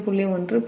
1 0